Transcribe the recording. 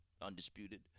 undisputed